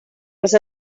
als